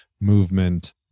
movement